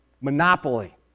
Monopoly